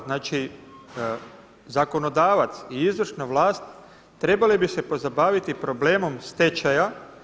Znači zakonodavac i izvršna vlast trebali bi se pozabaviti problemom stečaja.